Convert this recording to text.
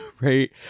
right